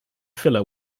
filler